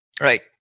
Right